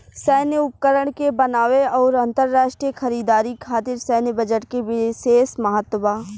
सैन्य उपकरण के बनावे आउर अंतरराष्ट्रीय खरीदारी खातिर सैन्य बजट के बिशेस महत्व बा